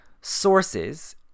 sources